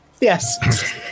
Yes